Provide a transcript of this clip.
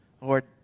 Lord